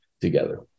together